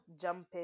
Jumping